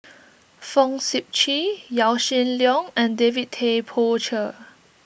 Fong Sip Chee Yaw Shin Leong and David Tay Poey Cher